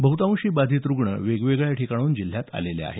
बह्तांशी बाधित रूग्ण वेगवेगळ्या ठिकाणाहून जिल्ह्यात आलेले आहेत